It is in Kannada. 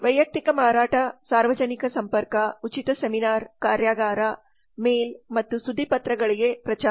ವೈಯಕ್ತಿಕ ಮಾರಾಟ ಸಾರ್ವಜನಿಕ ಸಂಪರ್ಕ ಉಚಿತ ಸೆಮಿನಾರ್ ಕಾರ್ಯಾಗಾರ ಮೇಲ್ ಮತ್ತು ಸುದ್ದಿಪತ್ರಗಳಿಗೆ ಪ್ರಚಾರ